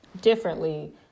differently